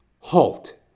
HALT